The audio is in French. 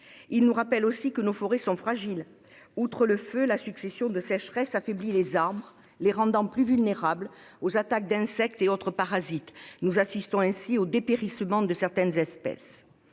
Ils nous rappellent aussi que nos forêts sont fragiles. Outre le feu, la succession des sécheresses affaiblit les arbres, les rendant plus vulnérables aux attaques d'insectes et autres parasites. Nous assistons ainsi au dépérissement de certaines espèces.